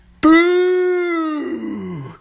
Boo